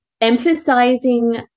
emphasizing